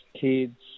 kids